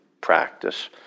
practice